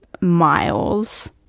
miles